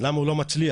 למה הוא לא מצליח,